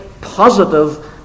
positive